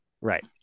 Right